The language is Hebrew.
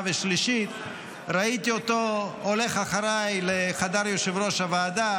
והשלישית ראיתי אותו הולך אחריי לחדר יושב-ראש הוועדה,